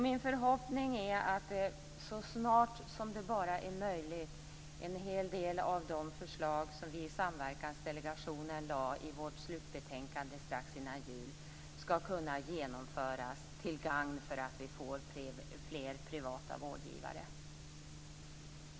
Min förhoppning är att en hel del av de förslag som vi i Samverkansdelegationen lade fram i vårt slutbetänkande strax före jul så snart det bara är möjligt skall kunna genomföras till gagn för fler privata vårdgivare.